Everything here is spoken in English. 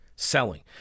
selling